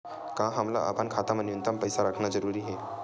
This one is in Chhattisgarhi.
का हमला अपन खाता मा न्यूनतम पईसा रखना जरूरी हे?